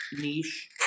niche